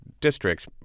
districts